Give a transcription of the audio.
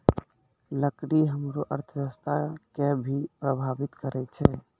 लकड़ी हमरो अर्थव्यवस्था कें भी प्रभावित करै छै